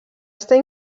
estar